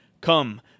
Come